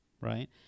right